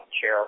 chair